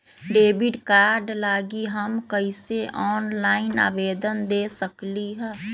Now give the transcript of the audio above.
Debit card लागी हम कईसे ऑनलाइन आवेदन दे सकलि ह?